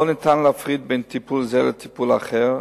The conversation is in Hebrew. לא ניתן להפריד בין טיפול זה לטיפול אחר,